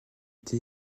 pêche